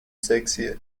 سکسیه